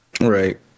Right